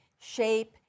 shape